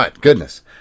Goodness